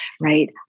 right